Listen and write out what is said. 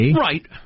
Right